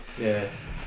Yes